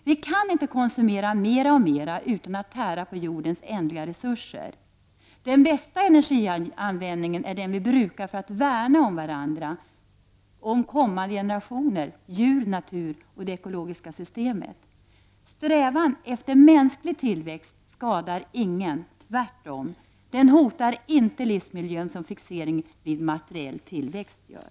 Vi kan inte konsumera mera och mera utan att tära på jordens ändliga resurser. Den bästa energianvändningen är den vi brukar för att värna om varandra, kommande generationer, djur, natur och det ekologiska systemet. Strävan efter mänsklig tillväxt skadar ingen — tvärtom. Den hotar inte livsmiljön som fixering vid materiell tillväxt gör.